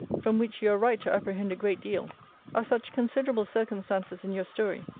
from which you are right to apprehend a great deal are such considerable circumstances in your story,